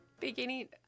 beginning